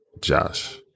josh